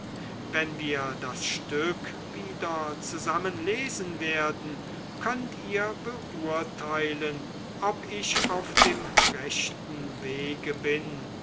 wenn wir das stück wieder zusammen lesen werden könnt ihr beurteilen ob ich auf dem rechten wege bin